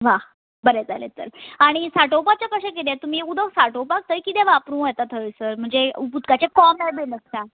वा बरें जालें तर आनी सांठोवपाचें कशें किदें तुमी उदक सांठोवपाक थंय किदें वापरूं येता थंयसर म्हणजे उदकाचे कोमे बी आसता